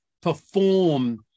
perform